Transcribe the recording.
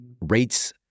rates